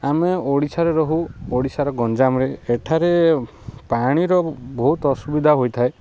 ଆମେ ଓଡ଼ିଶାରେ ରହୁ ଓଡ଼ିଶାର ଗଞ୍ଜାମରେ ଏଠାରେ ପାଣିର ବହୁତ ଅସୁବିଧା ହୋଇଥାଏ